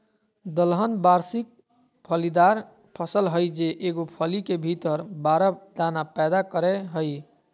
दलहन वार्षिक फलीदार फसल हइ जे एगो फली के भीतर बारह दाना पैदा करेय हइ